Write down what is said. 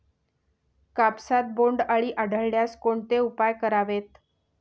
कापसात बोंडअळी आढळल्यास कोणते उपाय करावेत?